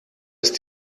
ist